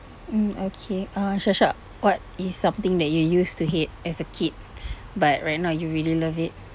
mm okay uh shasha what is something that you used to hate as a kid but right now you really love it